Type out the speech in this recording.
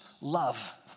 love